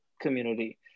community